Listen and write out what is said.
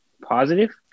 positive